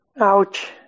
Ouch